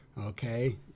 Okay